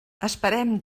esperem